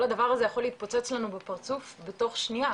כל הדבר הזה יכול להתפוצץ לנו בפרצוף בתוך שניה.